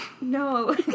No